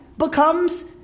Becomes